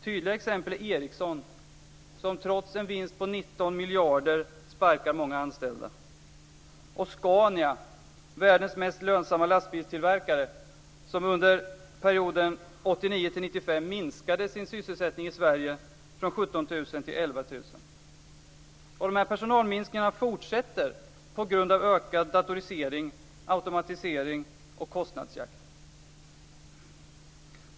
Tydliga exempel är Ericsson, som trots en vinst på 19 miljarder kronor sparkar många anställda, och Scania, världens mest lönsamma lastbilstillverkare som under perioden 17 000 till 11 000. De här personalminskningarna fortsätter på grund av ökad datorisering, automatisering och kostnadsjakt.